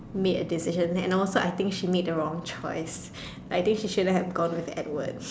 made a decision and also I think she made the wrong choice I think she shouldn't have gone with Edward